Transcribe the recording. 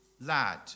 lad